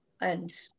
and-